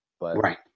Right